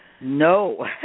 No